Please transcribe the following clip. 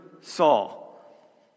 Saul